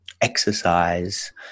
exercise